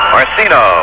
Marcino